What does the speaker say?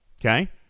Okay